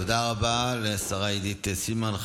תודה רבה לשרה עידית סילמן.